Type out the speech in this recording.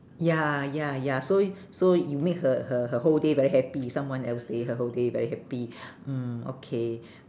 ya ya ya so y~ so you made her her her whole day very happy someone else day her whole day very happy mm okay